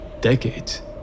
Decades